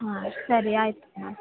ಹಾಂ ಸರಿ ಆಯಿತು ಹಾಂ